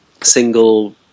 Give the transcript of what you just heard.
single –